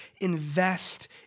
invest